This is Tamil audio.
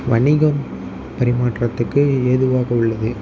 வணிகம் பரிமாற்றத்துக்கு ஏதுவாக உள்ளது